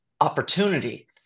opportunity